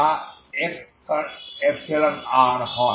যা x∈R হয়